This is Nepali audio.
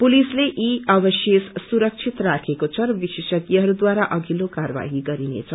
पुलिसले यी अवशेष सुरक्षित राखेको छ र विशेषज्ञहरूद्वारा अधिल्लो कार्यवाही गरिनेछ